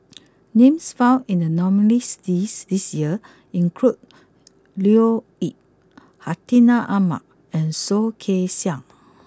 names found in the nominees' list this year include Leo Yip Hartinah Ahmad and Soh Kay Siang